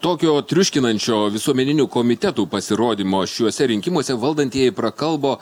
tokio triuškinančio visuomeninių komitetų pasirodymo šiuose rinkimuose valdantieji prakalbo